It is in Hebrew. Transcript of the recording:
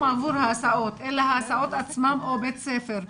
עבור ההסעות אלא ההסעות עצמן או בית ספר.